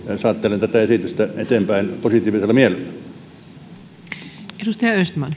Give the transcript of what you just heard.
saattelen tätä esitystä eteenpäin positiivisella mielellä arvoisa